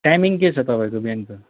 timing के छ तपाईँको बिहानको